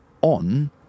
on